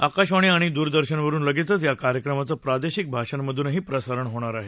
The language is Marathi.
आकाशवाणी आणि द्रदर्शनवरुन लगेचच या कार्यक्रमाचं प्रादेशिक भाषांमधूनही प्रसारण होणार आहे